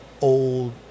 old